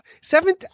seven